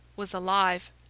was alive.